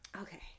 Okay